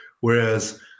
Whereas